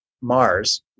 Mars